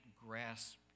grasp